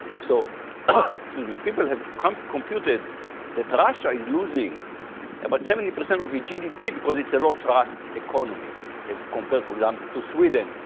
so ah excuse me, people have computed that russia is losing about seventy percent of a gdp because it's a low trust economy as compared, for example, to sweden,